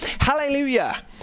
hallelujah